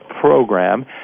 program